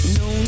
no